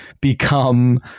become